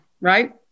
right